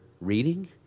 reading